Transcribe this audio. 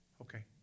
Okay